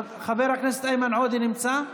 חבר הכנסת איימן עודה נמצא?